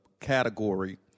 category